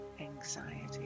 anxiety